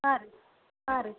ಆರು ಆರು